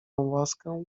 łaskę